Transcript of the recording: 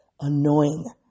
annoying